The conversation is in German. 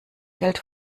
geld